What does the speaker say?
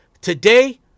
Today